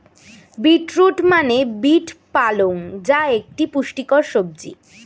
beet root মানে beet পালং যা একটি পুষ্টিকর সবজি